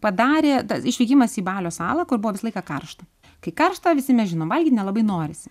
padarė tas išvykimas į balio salą kur buvo visą laiką karšta kai karšta visi mes žinom valgyt nelabai norisi